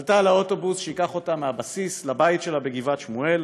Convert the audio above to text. ועלתה על האוטובוס שייקח אותה מהבסיס לבית שלה בגבעת-שמואל.